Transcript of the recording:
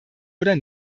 oder